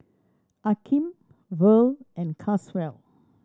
Akeem Verl and Caswell